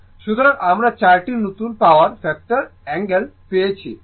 সুতরাং আমরা চারটি নতুন পাওয়ার ফ্যাক্টর অ্যাঙ্গেল পেয়েছি 182o